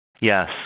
Yes